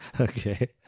okay